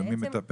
אז מי מטפל?